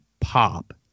pop